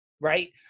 right